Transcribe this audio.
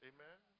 Amen